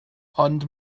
ond